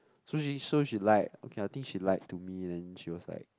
so she so she lied okay I think she lied to me then she was like